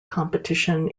competition